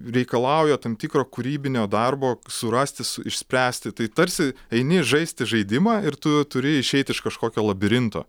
reikalauja tam tikro kūrybinio darbo surasti išspręsti tai tarsi eini žaisti žaidimą ir tu turi išeiti iš kažkokio labirinto